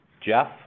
Jeff